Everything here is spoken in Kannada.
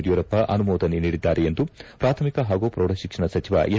ಯಡಿಯೂರಪ್ಪ ಅನುಮೋದನೆ ನೀಡಿದ್ದಾರೆ ಎಂದು ಪ್ರಾಥಮಿಕ ಹಾಗೂ ಪ್ರೌಡಶಿಕ್ಷಣ ಸಚಿವ ಎಸ್